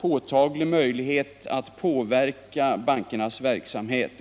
påtaglig möjlighet att påverka bankernas verksamhet.